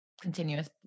continuous